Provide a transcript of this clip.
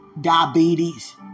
diabetes